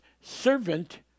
servant